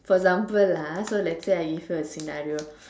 for example lah so let's say I give you a scenario